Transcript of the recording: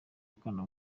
akana